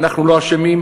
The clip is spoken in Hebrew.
אנחנו לא אשמים,